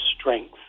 strength